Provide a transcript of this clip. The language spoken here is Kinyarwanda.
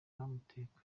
bamutegeka